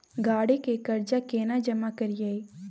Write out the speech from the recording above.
गाड़ी के कर्जा केना जमा करिए?